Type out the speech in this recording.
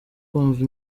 kumva